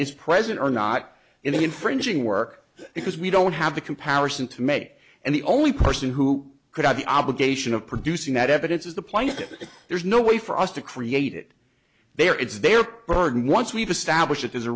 is present or not in the infringing work because we don't have the comparison to make and the only person who could have the obligation of producing that evidence is the plight that there's no way for us to create it there it's their burden once we've established